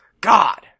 God